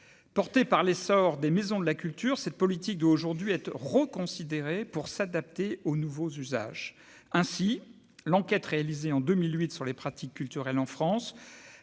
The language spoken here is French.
porté par l'essor des maisons de la culture, cette politique doit aujourd'hui être reconsidérée pour s'adapter aux nouveaux usages ainsi l'enquête réalisée en 2008 sur les pratiques culturelles en France,